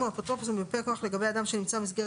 ,ישלימו אפוטרופוס ומיופה כוח לגבי אדם שנמצא במסגרת